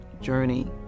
journey